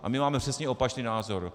A my máme přesně opačný názor.